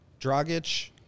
Dragic